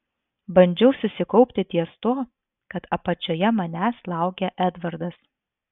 bandžiau susikaupti ties tuo kad apačioje manęs laukė edvardas